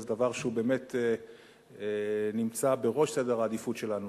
זה דבר שבאמת נמצא בראש סדר העדיפויות שלנו,